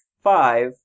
five